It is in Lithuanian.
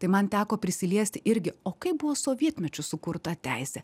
tai man teko prisiliesti irgi o kaip buvo sovietmečiu sukurta teisė